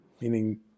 meaning